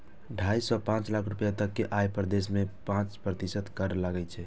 ढाइ सं पांच लाख रुपैया तक के आय पर देश मे पांच प्रतिशत कर लागै छै